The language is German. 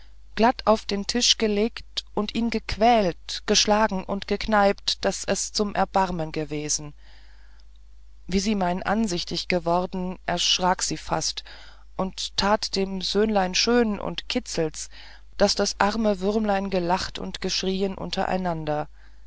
glatt auf den tisch gelegt und ihn gequält geschlagen und gekneipt daß es zum erbarmen gewesen wie sie mein ansichtig geworden erschrak sie fast und tat dem söhnlein schön und kitzelt es daß das arm würmlein gelacht und geschrien untereinander